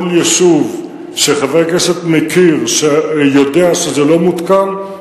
כל יישוב שחבר הכנסת מכיר ויודע שזה לא מותקן בו,